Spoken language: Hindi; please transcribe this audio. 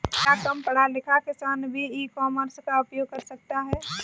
क्या कम पढ़ा लिखा किसान भी ई कॉमर्स का उपयोग कर सकता है?